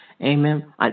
Amen